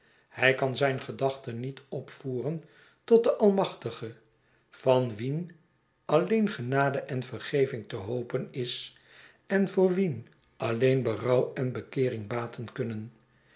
hij kan zijn gedachten niet opvoeren tot den almachtige van wien alleen genade en vergeving te hopen is en voor wien alleen berouw en bek earing baten kunnen